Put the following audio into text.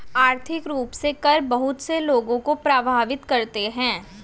आर्थिक रूप से कर बहुत से लोगों को प्राभावित करते हैं